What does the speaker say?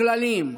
הכללים,